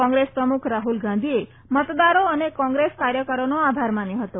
કોંગ્રેસ પ્રમુખ રાહુલ ગાંધીએ મતદારો અને કોંગ્રેસ કાર્યકોરનો આભાર માન્યો હતો